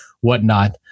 whatnot